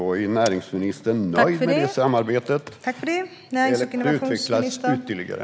Är näringsministern i så fall nöjd med det samarbetet, eller kan det utvecklas ytterligare?